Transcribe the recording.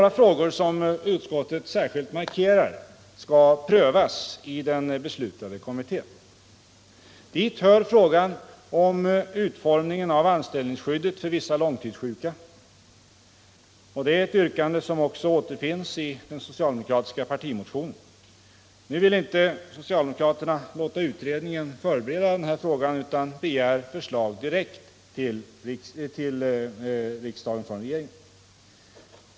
Utskottet markerar särskilt några frågor som skall prövas i den beslutade kommittén. Dit hör utformningen av anställningsskyddet för vissa långtidssjuka. Det är ett yrkande som också återfinns i den socialdemokratiska partimotionen. Nu vill inte socialdemokraterna låta utredningen förbereda denna fråga, utan begär förslag direkt till riksdagen från regeringen.